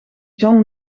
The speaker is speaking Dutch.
john